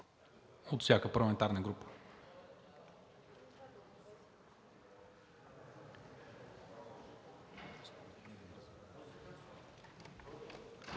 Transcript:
от всяка парламентарна група.